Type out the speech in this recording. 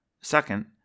Second